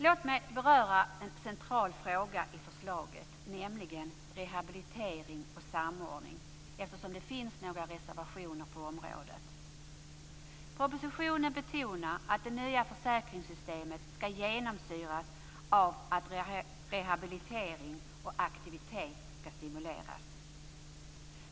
Låt mig beröra en central fråga i förslaget, nämligen rehabilitering och samordning, eftersom det finns några reservationer på området. Propositionen betonar att det nya försäkringssystemet skall genomsyras av att rehabilitering och aktivitet skall stimuleras.